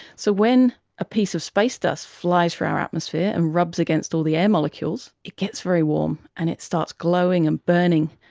so when a piece of space dust flies through our atmosphere and rubs against all the air molecules, it gets very warm and it starts glowing and burning,